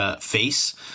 face